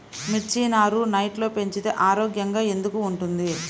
మిర్చి నారు నెట్లో పెంచితే ఆరోగ్యంగా ఎందుకు ఉంటుంది?